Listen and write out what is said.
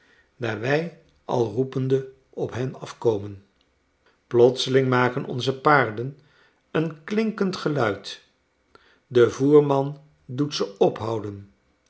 daar wij al roepende op hen afkomen plotseling maken onze paarden een klinkend geluid de voerman doet ze ophouden